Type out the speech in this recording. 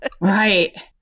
Right